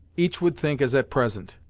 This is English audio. each would think as at present,